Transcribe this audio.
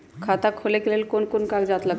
खाता खोले ले कौन कौन कागज लगतै?